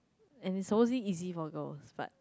and it's supposedly easy for girls but